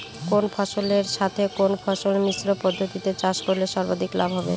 কোন ফসলের সাথে কোন ফসল মিশ্র পদ্ধতিতে চাষ করলে সর্বাধিক লাভ হবে?